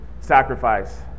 sacrifice